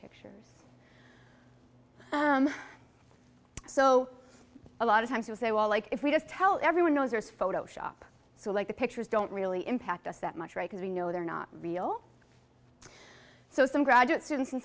pictures so a lot of times will say well like if we just tell everyone knows there's photoshop so like the pictures don't really impact us that much right as we know they're not real so some graduate students in